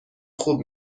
خوب